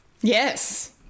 Yes